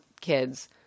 kids